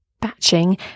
batching